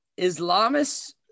islamists